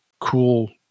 cool